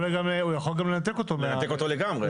הוא יכול לנתק אותו לגמרי.